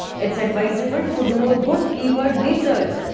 it's advisable to do ah good keyword research,